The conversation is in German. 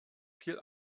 viel